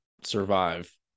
survive